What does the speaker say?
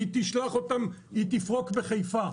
היא תפרוק בחיפה.